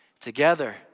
together